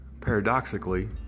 Paradoxically